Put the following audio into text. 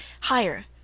higher